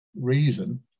reason